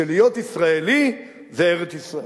שלהיות ישראלי זה ארץ-ישראל.